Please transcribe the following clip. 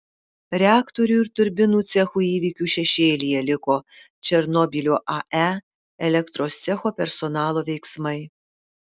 reaktorių ir turbinų cechų įvykių šešėlyje liko černobylio ae elektros cecho personalo veiksmai